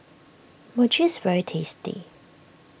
Mochi is very tasty